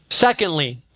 Secondly